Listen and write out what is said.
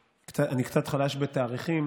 הייתי בטוח שזה אוטומטית יידון